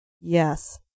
yes